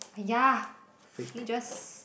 !aiya! can you just